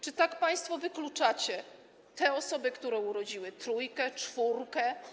Czy tak państwo wykluczacie te osoby, które urodziły trójkę, czwórkę dzieci?